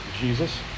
Jesus